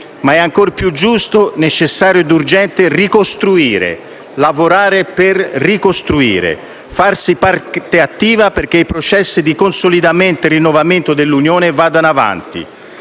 ma è ancora più giusto, necessario e urgente lavorare per ricostruire e farsi parte attiva affinché i processi di consolidamento e rinnovamento dell'Unione vadano avanti.